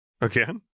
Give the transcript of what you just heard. Again